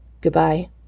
Goodbye